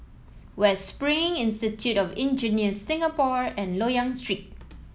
West Spring Institute of Engineers Singapore and Loyang Street